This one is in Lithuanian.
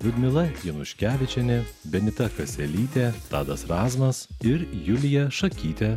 liudmila januškevičienė benita kaselytė tadas razmas ir julija šakytė